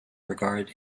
regard